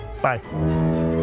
Bye